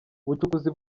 ubucukuzi